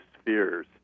spheres